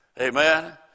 Amen